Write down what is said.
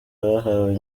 bahawe